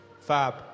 fab